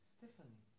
Stephanie